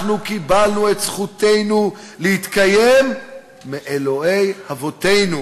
אנחנו קיבלנו את זכותנו להתקיים מאלוהי אבותינו